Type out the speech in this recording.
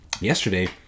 yesterday